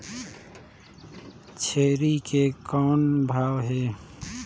छेरी के कौन भाव हे?